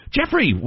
Jeffrey